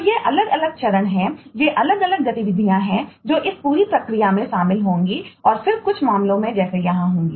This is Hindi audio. तो ये अलग अलग चरण हैं ये अलग अलग गतिविधियाँ हैं जो इस पूरी प्रक्रिया में शामिल होंगी और फिर कुछ मामलों में जैसे यहाँ होंगी